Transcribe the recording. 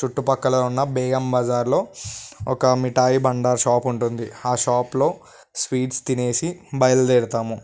చుట్టుపక్కల ఉన్న బేగం బజార్లో ఒక మిఠాయి బండ షాపు ఉంటుంది ఆ షాప్లో స్వీట్స్ తినేసి బయలుదేరుతాము